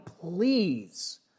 please